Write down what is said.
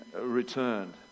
returned